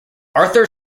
arthur